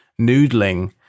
noodling